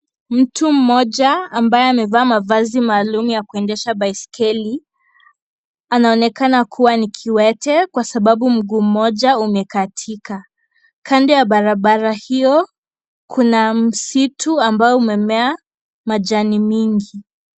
Mtu mmoja ambaye amevaa mavazi maalum ya kuendesha baiskeli, anaonekana kuwa ni kiwete kwa sababu mguu mmoja umekatika. Kando ya barabara hiyo, kuna msitu ambao umemea majani mingi.